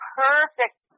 perfect